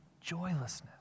joylessness